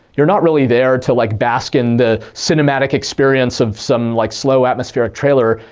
you're not really there to, like, bask in the cinematic experience of some like slow, atmospheric trailer.